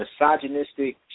misogynistic